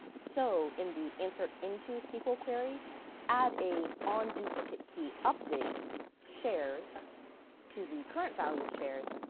so in the insert into sql query add a on duplicate key update shares to the current value of shares,